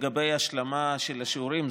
לגבי השלמה של השיעורים,